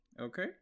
Okay